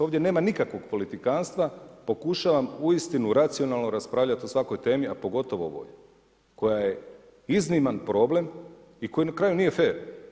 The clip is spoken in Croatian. Ovdje nema nikakvo politikantstva, pokušavam uistinu racionalno raspravljati o svakoj temi, a pogotovo koja je izniman problem i koja na kraju nije fer.